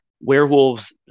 werewolves